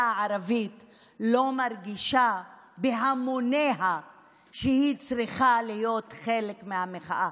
הערבית לא מרגישה בהמוניה שהיא צריכה להיות חלק מהמחאה.